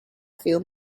few